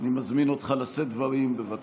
אני מזמין אותך לשאת דברים, בבקשה.